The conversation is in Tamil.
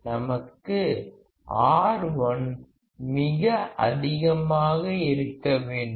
நமக்கு R1 மிக அதிகமாக இருக்க வேண்டும்